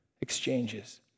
exchanges